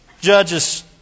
Judges